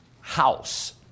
house